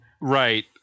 Right